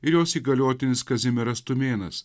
ir jos įgaliotinis kazimieras tumėnas